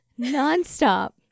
nonstop